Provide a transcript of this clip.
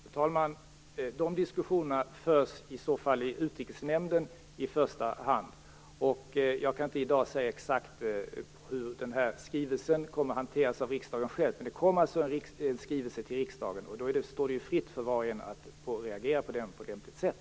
Fru talman! De diskussionerna förs i så fall i första hand i Utrikesnämnden. Jag kan i dag inte säga exakt hur skrivelsen kommer att hanteras av riksdagen. Det kommer en till riksdagen, och då står det var och en fritt att reagera på skrivelsen på lämpligt sätt.